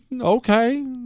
Okay